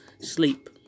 Sleep